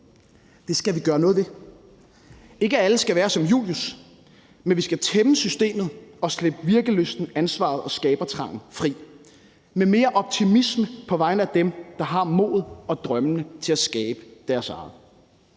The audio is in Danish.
Det skal vi gøre noget ved. Ikke alle skal være som Julius, men vi skal tæmme systemet og slippe virkelysten, ansvaret og skabertrangen fri med mere optimisme på vegne af dem, der har modet og drømmene til at skabe deres eget.